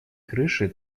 крыши